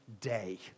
day